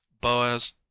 Boaz